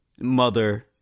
mother